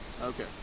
Okay